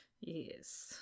Yes